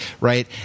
right